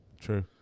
True